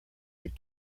had